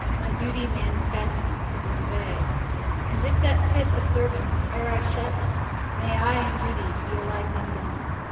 my duty manifest to disobey and if that fit observance e'er i shut may i and duty be alike undone.